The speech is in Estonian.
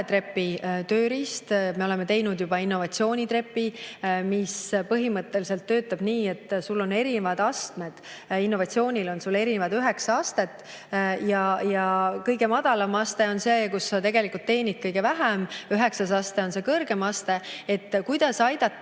rohetrepi tööriist. Me oleme teinud juba innovatsioonitrepi, mis põhimõtteliselt töötab nii, et sul on erinevad astmed, innovatsioonil on üheksa astet, kõige madalam aste on see, kus sa tegelikult teenid kõige vähem, üheksas aste on see kõrgeim aste. Kuidas aidata